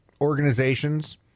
organizations